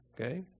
Okay